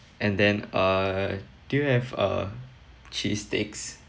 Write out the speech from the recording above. and then uh do you have uh cheese sticks